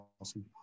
awesome